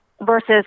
versus